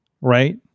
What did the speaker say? right